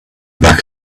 back